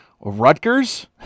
Rutgers